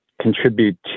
contribute